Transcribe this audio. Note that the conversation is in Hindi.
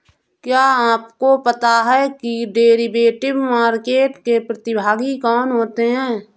क्या आपको पता है कि डेरिवेटिव मार्केट के प्रतिभागी कौन होते हैं?